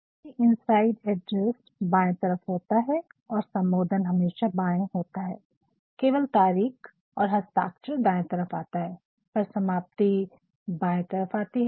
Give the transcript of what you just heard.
यद्यपि inside address बाएं तरफ होता है और सम्बोधन हमेशा बाएं होता है केवल तारीख और हस्ताक्षर दाएं तरफ आता है पर समाप्ति बाएं तरफ आता है